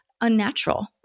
unnatural